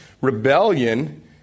rebellion